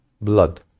blood